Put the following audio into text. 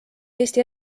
eesti